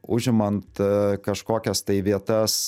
užimant kažkokias tai vietas